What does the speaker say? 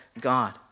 God